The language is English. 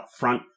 upfront